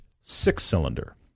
six-cylinder